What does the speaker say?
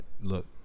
Look